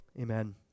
Amen